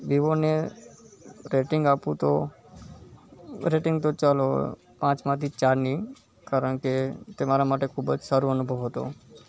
Vivo ને rating આપું તો રેટિંગ તો ચાલો પાંચમાંથી ચારની કારણ કે તે મારા માટે ખૂબ જ સારો અનુભવ હતો